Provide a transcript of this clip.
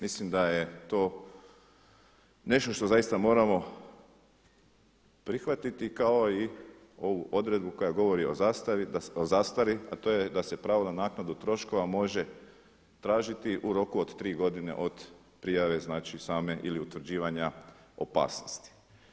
Mislim da je to nešto što zaista moramo prihvatiti kao i ovu odredbu koja govori o zastari, a to je da se pravo na naknadu troškova može tražiti u roku od tri godine od prijave same ili utvrđivanja opasnosti.